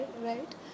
right